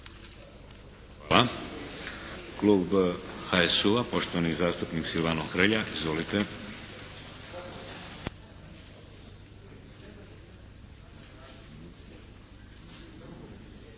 Hvala. Klub HSU-a poštovani zastupnik Silvano Hrelja. Izvolite. **Hrelja,